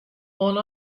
oan